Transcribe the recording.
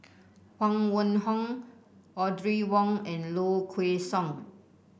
Huang Wenhong Audrey Wong and Low Kway Song